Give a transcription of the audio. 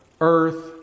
earth